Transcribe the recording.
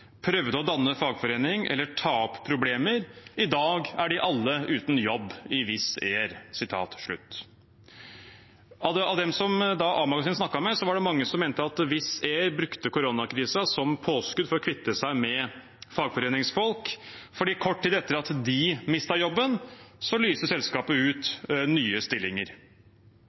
prøvde å danne fagforening eller ta opp problemer. I dag er de alle uten jobb i Wizz Air.» Av dem som A-magasinet da snakket med, var det mange som mente at Wizz Air brukte koronakrisen som påskudd for å kvitte seg med fagforeningsfolk, for kort tid etter at de mistet jobben, lyste selskapet ut nye stillinger.